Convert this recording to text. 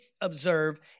observe